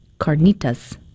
carnitas